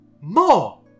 More